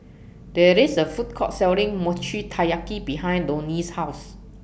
There IS A Food Court Selling Mochi Taiyaki behind Donie's House